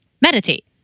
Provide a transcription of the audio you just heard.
meditate